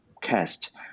cast